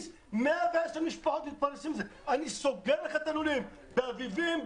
110 משפחות מתפרנסות מזה ואני סוגר לך את הלולים באביבים,